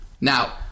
Now